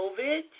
COVID